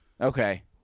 okay